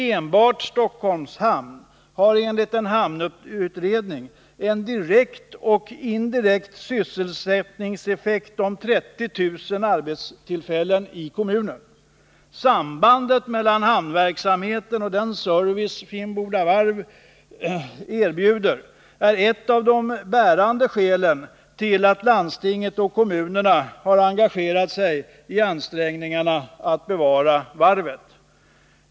Enbart Stockholms hamn har enligt en hamnutredning en direkt och indirekt sysselsättningseffekt omfattande 30 000 arbetstillfällen i kommunen. Sambandet mellan hamnverksamheten och den service Finnboda Varf erbjuder är ett av de bärande skälen till att landstinget och kommunerna har engagerat sig i ansträngningarna att bevara varvet.